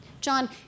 John